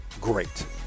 great